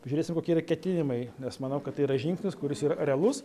žiūrėsim kokie ketinimai nes manau kad yra žingsnis kuris yra realus